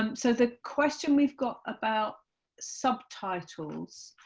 um so the question we have got about subtitles,